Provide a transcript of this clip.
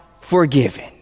forgiven